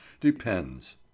depends